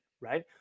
right